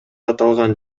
аталган